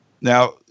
Now